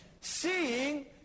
seeing